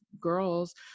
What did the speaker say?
girls